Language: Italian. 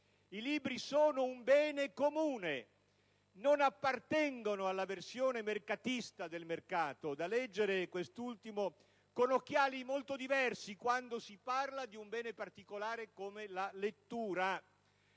I libri sono un bene comune. Non appartengono alla versione «mercatista» del mercato, da leggere - questo ultimo - con occhiali molto diversi quando si parla di un bene particolare come la lettura.